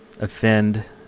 offend